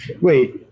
Wait